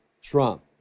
trump